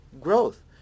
growth